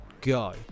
go